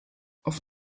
auf